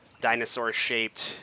dinosaur-shaped